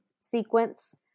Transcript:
sequence